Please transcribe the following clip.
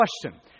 question